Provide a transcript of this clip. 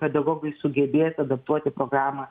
pedagogai sugebės adaptuoti programą